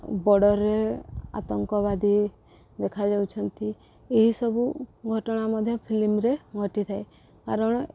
ବର୍ଡର୍ରେ ଆତଙ୍କବାଦୀ ଦେଖାଯାଉଛନ୍ତି ଏହିସବୁ ଘଟଣା ମଧ୍ୟ ଫିଲ୍ମରେ ଘଟିଥାଏ କାରଣ